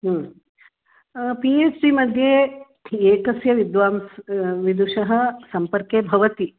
P H D मध्ये एकस्य विद्वांसं विदुषः सम्पर्के भवति